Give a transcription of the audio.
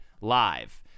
Live